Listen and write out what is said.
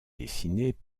dessinée